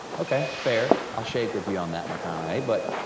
okay, fair, i'll shake with you on that, mcconaughey, but